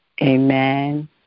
Amen